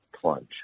plunge